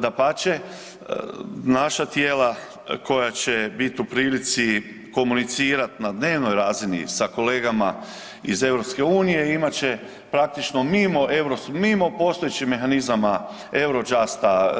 Dapače, naša tijela koja će biti u prilici komunicirati na dnevnoj razini sa kolegama iz Europske unije imat će praktično mimo postojećih mehanizama eurojusta,